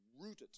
rooted